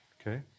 okay